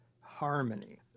Harmony